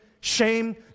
shame